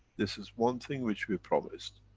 this is one thing which we promised.